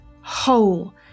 whole